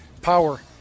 Power